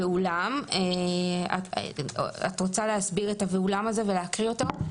ואולם -- את רוצה להסביר את ה"ואולם" הזה ולהקריא אותו?